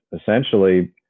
essentially